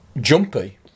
jumpy